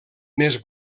més